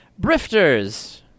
brifters